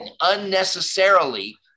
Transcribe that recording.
unnecessarily